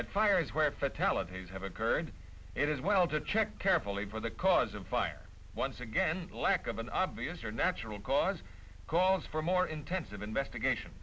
and fires where fatalities have occurred it is well to check carefully for the cause of fire once again lack of an obvious or natural cause calls for more intensive investigation